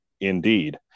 indeed